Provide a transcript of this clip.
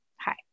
Hi